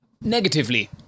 Negatively